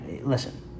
listen